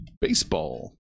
Baseball